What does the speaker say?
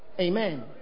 Amen